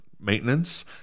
maintenance